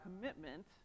commitment